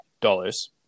dollars